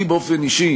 אני באופן אישי